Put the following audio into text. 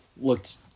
looked